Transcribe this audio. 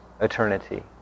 eternity